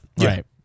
right